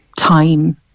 Time